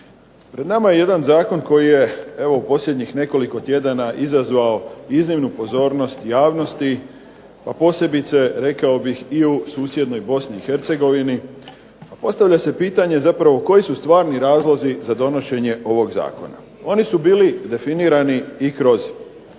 Pred nama je jedan zakon koji je evo u posljednjih nekoliko tjedana izazvao iznimnu pozornost javnosti, a posebice rekao bih i u susjednoj Bosni i Hercegovini. Pa postavlja se pitanje zapravo koji su stvarni razlozi za donošenje ovog zakona. Oni su bili definirani i kroz